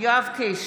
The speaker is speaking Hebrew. יואב קיש,